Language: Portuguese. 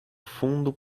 fundo